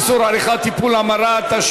איסור מתן טיפול המרה לקטין),